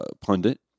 pundit